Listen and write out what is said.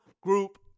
group